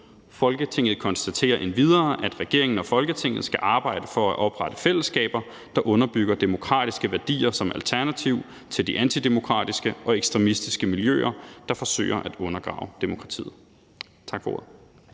Folketinget konstaterer endvidere, at regeringen og Folketinget skal arbejde for at oprette fællesskaber, der underbygger demokratiske værdier som alternativ til de antidemokratiske og ekstremistiske miljøer, der forsøger at undergrave demokratiet.« (Forslag